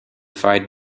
defied